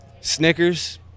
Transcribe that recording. Snickers